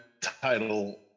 title